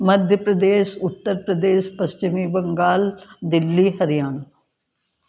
मध्य प्रदेस उत्तर प्रदेस पश्चिमी बंगाल दिल्ली हरियाणा